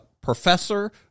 professor